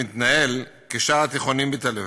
מתנהל כשאר התיכונים בתל-אביב,